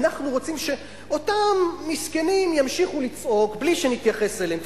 אנחנו רוצים שאותם מסכנים ימשיכו לצעוק בלי שנתייחס אליהם,